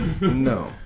No